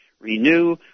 Renew